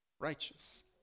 Righteous